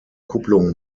kupplung